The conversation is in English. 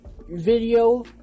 video